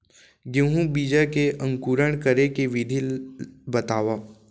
गेहूँ बीजा के अंकुरण करे के विधि बतावव?